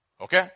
Okay